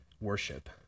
worship